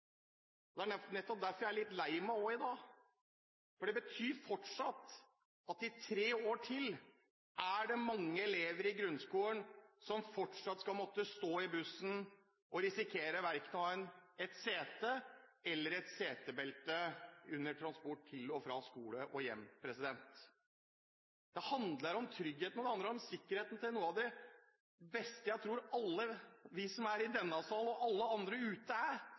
år. Det er nettopp derfor jeg også er litt lei meg i dag, for det betyr at det i tre år til fortsatt er mange elever i grunnskolen som må stå i bussen og risikere å ha verken sete eller setebelte under transport mellom skole og hjem. Det handler om trygghet, og det handler om sikkerheten for noe av det jeg tror er det beste vi har, både vi i denne salen og alle andre der ute,